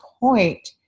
point